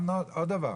עוד דבר,